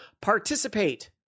participate